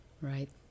right